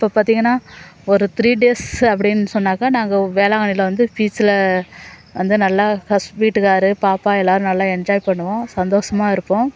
இப்போ பார்த்திங்கன்னா ஒரு த்ரீ டேஸ் அப்படினு சொன்னாக்கா நாங்கள் வேளாங்கண்ணியல வந்து பீச்சில் வந்து நல்லா ஃபர்ஸ்ட் வீட்டுக்கார் பாப்பா எல்லாரும் நல்லா என்ஜாய் பண்ணுவோம் சந்தோஷமாக இருப்போம்